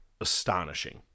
astonishing